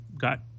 got